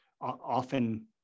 often